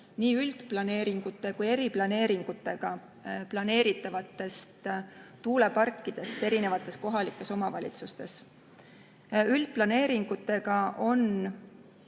nii üldplaneeringute kui ka eriplaneeringutega planeeritavate tuuleparkide hetkeseisust kohalikes omavalitsustes. Üldplaneeringutega